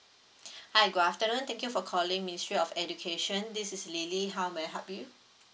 hi good afternoon thank you for calling ministry of education this is lily how may I help you